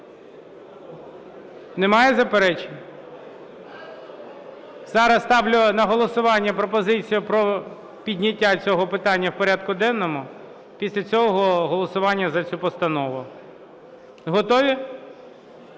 Немає заперечень? Зараз ставлю на голосування пропозицію про підняття цього питання в поряду денному, після цього – голосування за цю постанову. Готові?